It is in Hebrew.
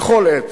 בכל עת,